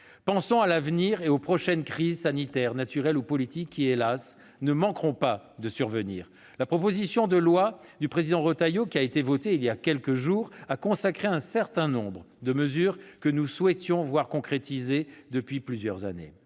Pensons à l'avenir et aux prochaines crises sanitaires, naturelles ou politiques, qui, hélas, ne manqueront pas de survenir. La proposition de loi de Bruno Retailleau qui a été votée voilà quelques jours a consacré un certain nombre de mesures dont nous souhaitions depuis plusieurs années